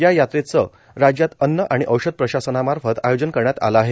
या यात्रेचे राज्यात अन्न आणि औषध प्रशासनामार्फत अयोजन करण्यात आले आहे